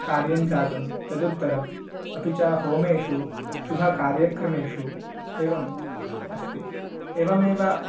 कार्यं जातं तदुत्तरम् अपि च होमेषु शुभकार्यक्रमेषु एवम् अस्ति एवमेव